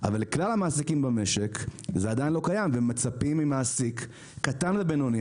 אבל לכלל המעסיקים במשק זה עדיין לא קיים ומצפים ממעסיק קטן ובינוני,